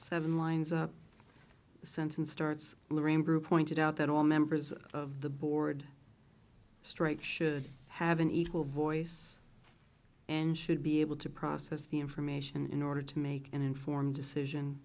seven lines up the sentence starts lorraine brew pointed out that all members of the board straight should have an equal voice and should be able to process the information in order to make an informed decision